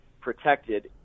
protected